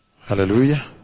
Hallelujah